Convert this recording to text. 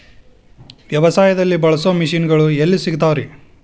ವ್ಯವಸಾಯದಲ್ಲಿ ಬಳಸೋ ಮಿಷನ್ ಗಳು ಎಲ್ಲಿ ಸಿಗ್ತಾವ್ ರೇ?